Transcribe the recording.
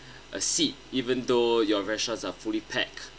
a seat even though your restaurant are fully packed